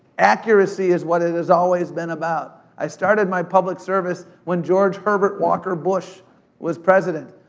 accuracy is what it has always been about. i started my public service when george herbert walker bush was president,